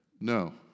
No